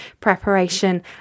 preparation